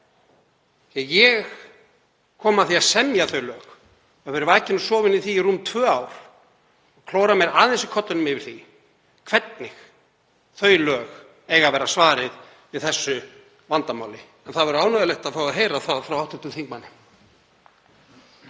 Því að ég kom að því að semja þau lög, hef verið vakinn og sofinn í því í rúm tvö ár, en klóra mér aðeins í kollinum yfir því hvernig þau lög eiga að vera svarið við þessu vandamáli. Það væri ánægjulegt að fá að heyra það frá hv. þingmanni.